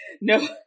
No